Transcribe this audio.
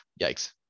yikes